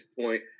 point